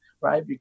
right